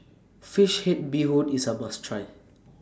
Fish Head Bee Hoon IS A must Try